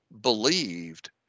believed